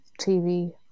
TV